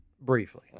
Briefly